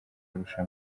kurusha